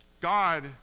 God